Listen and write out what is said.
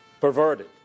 perverted